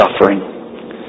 suffering